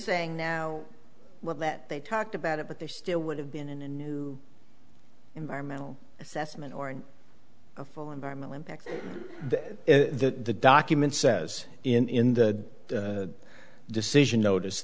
saying now well that they talked about it but they still would have been in a new environmental assessment or in a full environmental impact the document says in the decision notice